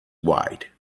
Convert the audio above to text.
wide